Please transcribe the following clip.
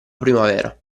primavera